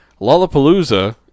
Lollapalooza